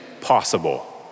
possible